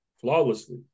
flawlessly